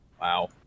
Wow